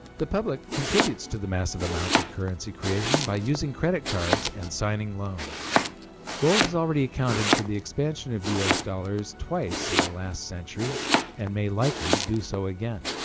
the public contributes to the massive amounts of currency creation by using credit cards and signing loans gold has already accounted for the expansion of us dollars twice in the last century and may likely do so again